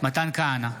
מתן כהנא,